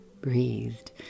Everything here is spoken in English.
breathed